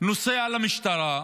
נוסע למשטרה.